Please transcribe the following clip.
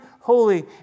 holy